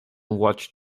watched